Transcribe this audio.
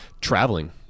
traveling